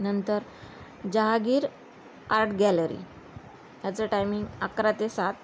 नंतर Jehangir art gallery ह्याचं timing अकरा ते सात